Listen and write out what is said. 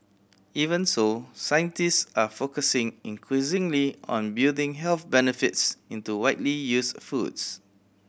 even so scientist are focusing increasingly on building health benefits into widely used foods